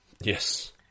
Yes